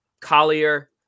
collier